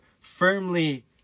firmly